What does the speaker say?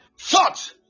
thought